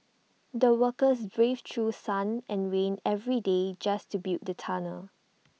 the workers braved through sun and rain every day just to build the tunnel